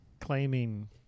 claiming